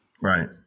Right